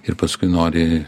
ir paskui nori